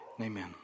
Amen